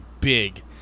big